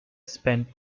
spent